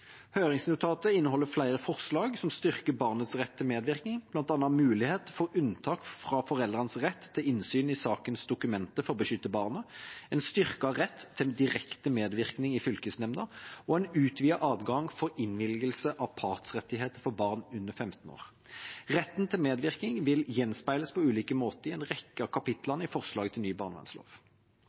Høringsnotatet inneholder flere forslag som styrker barnets rett til medvirkning, bl.a. mulighet for unntak fra foreldrenes rett til innsyn i sakens dokumenter for å beskytte barna, en styrket rett til en direkte medvirkning i fylkesnemnda og en utvidet adgang for innvilgelse av partsrettighet for barn under 15 år. Retten til medvirkning vil gjenspeiles på ulike måter i en rekke av kapitlene i forslaget til ny barnevernslov.